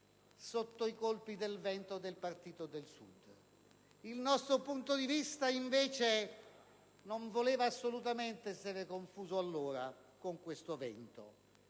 sotto i colpi del vento del partito del Sud. Il nostro punto di vista, invece, non voleva assolutamente essere confuso allora con questo vento.